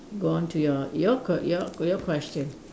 go on to your your q~ your your question